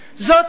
את לא רצית.